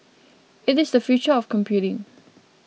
it is the future of computing